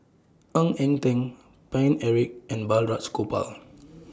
Ng Eng Teng Paine Eric and Balraj Gopal